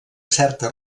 certa